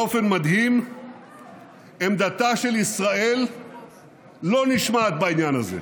באופן מדהים עמדתה של ישראל לא נשמעת בעניין הזה.